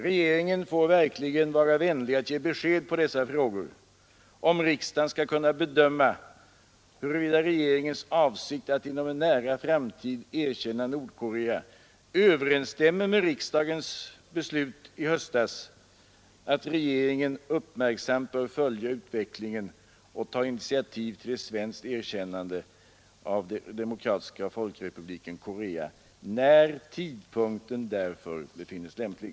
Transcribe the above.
Regeringen får verkligen vara vänlig att ge besked på dessa frågor, om riksdagen skall kunna bedöma, huruvida regeringens avsikt att inom en nära framtid erkänna Nordkorea överensstämmer med riksdagens beslut i höstas att regeringen uppmärksamt bör följa utvecklingen och ta initiativ till ett svenskt erkännande av Demokratiska folkrepubliken Korea ”när tidpunkten därför befinnes lämplig”.